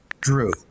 Drew